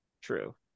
true